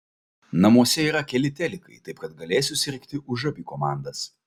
namuose yra keli telikai taip kad galėsiu sirgti už abi komandas